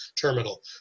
terminal